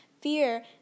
Fear